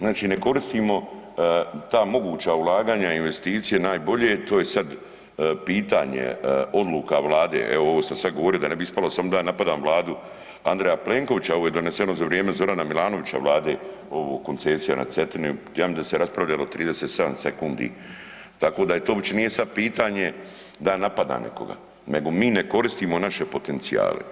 Znači ne koristimo ta moguća ulaganja i investicije najbolje, to je sada pitanje odluka Vlade, evo ovo što sam sad govorio da ne bi ispalo samo da ja napadam Vladu Andreja Plenkovića, ovo je doneseno za vrijeme Zorana Milanovića vlade ovo koncesija na Cetini, ja mislim da se raspravljalo 37 sekundi, tako da to uopće nije sad pitanje da ja napadam nekoga, nego mi ne koristimo naše potencijale.